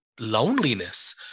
Loneliness